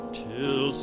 till